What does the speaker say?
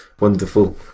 wonderful